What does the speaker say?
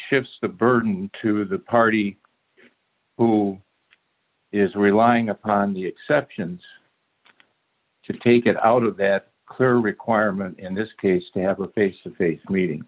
shifts the burden to the party who is relying upon the exceptions to take it out of that clear requirement in this case to have a face to face meeting